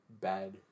bad